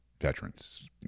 veterans